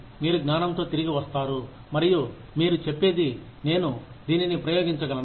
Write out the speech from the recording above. మీరు జ్ఞానంతో తిరిగి వస్తారు మరియు మీరు చెప్పేది నేను దీనిని ప్రయోగించగలను